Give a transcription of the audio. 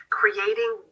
creating